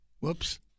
Whoops